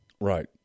right